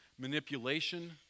manipulation